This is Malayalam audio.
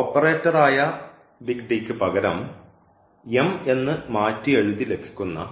ഓപ്പറേറ്ററായ യ്ക്ക് പകരം എന്ന് മാറ്റി എഴുതി ലഭിക്കുന്ന